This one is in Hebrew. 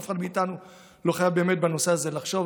אף אחד מאיתנו לא חייב באמת בנושא הזה לחשוב,